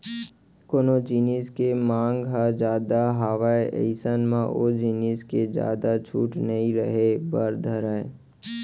कोनो जिनिस के मांग ह जादा हावय अइसन म ओ जिनिस के जादा छूट नइ रहें बर धरय